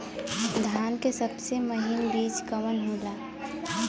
धान के सबसे महीन बिज कवन होला?